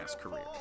career